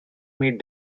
meet